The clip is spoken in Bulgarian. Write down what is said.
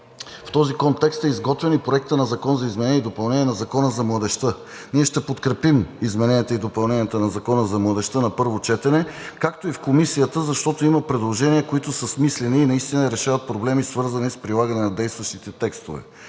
В този контекст е изготвен и Проектът на закон за изменение и допълнение на Закона за младежта. Ние ще подкрепим измененията и допълненията на Закона за младежта на първо четене, както и в Комисията, защото има предложения, които са смислени и наистина решават проблеми, свързани с прилагане на действащите текстове.